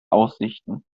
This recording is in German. aussichten